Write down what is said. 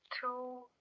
two